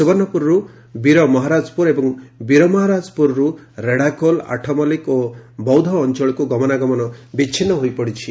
ସୁବର୍ଷପୁରରୁ ବୀରମହାରାଜପୁର ଏବଂ ବୀରମହାରାଜପୁରରୁ ରେଢ଼ାଖୋଲ ଆଠମଲ୍କିକ୍ ଓ ବୌଦ ଅଞଳକୁ ଗମନାଗମନ ବିଚ୍ଛିନୁ ହୋଇପଡ଼ିଛି